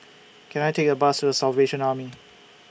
Can I Take A Bus The Salvation Army